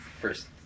first